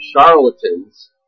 charlatans